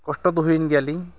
ᱠᱚᱥᱴᱚ ᱫᱚ ᱦᱩᱭᱮᱱ ᱜᱮᱭᱟᱞᱤᱧ